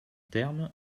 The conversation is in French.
terme